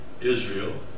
Israel